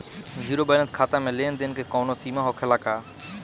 Zero balance खाता में लेन देन के कवनो सीमा होखे ला का?